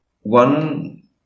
one